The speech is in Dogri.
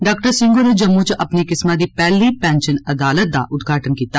डॉ सिंह होरें जम्मू च अपनी किस्मै दी पैह्ली पैंशन अदालत दा उद्घाटन कीता